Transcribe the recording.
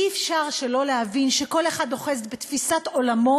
אי-אפשר שלא להבין שכל אחד אוחז בתפיסת עולמו,